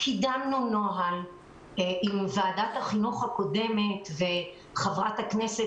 קידמנו נוהל עם ועדת החינוך הקודמת - חברת הכנסת